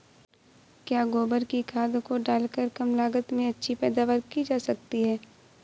क्या गोबर की खाद को डालकर कम लागत में अच्छी पैदावारी की जा सकती है?